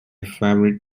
favorite